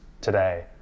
today